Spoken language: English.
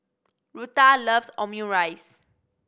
Rutha loves Omurice